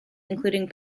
including